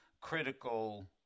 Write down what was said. critical